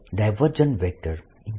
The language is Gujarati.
Dfree છે